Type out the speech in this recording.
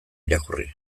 irakurri